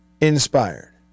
inspired